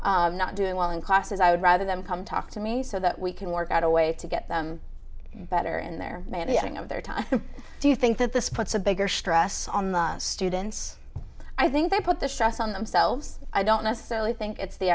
or not doing well in classes i would rather them come talk to me so that we can work out a way to get them better and they're managing of their time do you think that this puts a bigger stress on the students i think they put the stress on themselves i don't necessarily think it's the